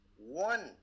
one